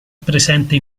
presente